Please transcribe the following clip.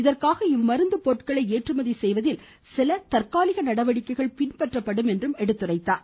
இதற்காக இம்மருந்து பொருட்களை ஏற்றுமதி செய்வதில் சில தற்காலிக நடவடிக்கைகள் பின்பற்றப்படும் என்றும் அவர் கூறினார்